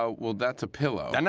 ah well that's a pillow. and no